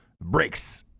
Brakes